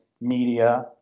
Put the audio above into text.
media